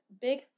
big